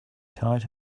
tied